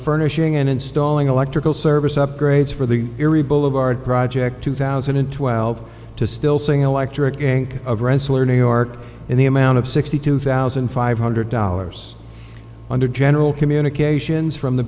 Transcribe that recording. furnishing and installing electrical service upgrades for the erie boulevard project two thousand and twelve to still sing electric gang of rensselaer new york in the amount of sixty two thousand five hundred dollars under general communications f